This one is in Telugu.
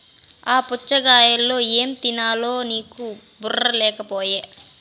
ఆ పుచ్ఛగాయలో ఏం తినాలో నీకు బుర్ర లేకపోయె